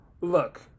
Look